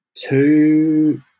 two